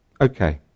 Okay